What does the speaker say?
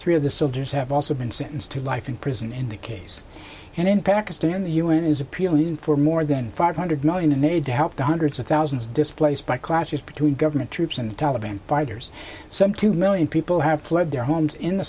three of the soldiers have also been sentenced to life in prison in the case and in pakistan the u n is appealing for more than five hundred million and made to help the hundreds of thousands displaced by clashes between government troops and taliban fighters some two million people have fled their homes in the